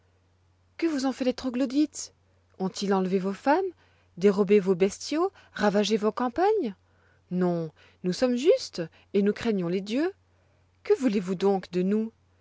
que vous ont fait les troglodytes ont-ils enlevé vos femmes dérobé vos bestiaux ravagé vos campagnes non nous sommes justes et nous craignons les dieux que voulez-vous donc de nous